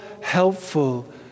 helpful